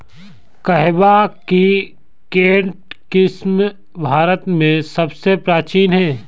कहवा की केंट किस्म भारत में सबसे प्राचीन है